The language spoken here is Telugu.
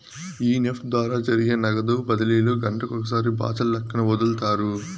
ఈ నెఫ్ట్ ద్వారా జరిగే నగదు బదిలీలు గంటకొకసారి బాచల్లక్కన ఒదులుతారు